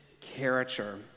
character